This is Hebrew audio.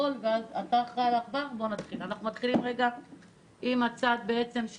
(הצגת מצגת) אנחנו מתחילים עם הצד של